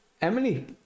emily